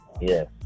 Yes